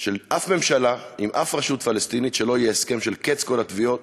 של שום ממשלה עם שום רשות פלסטינית שלא יהיה הסכם של קץ כל התביעות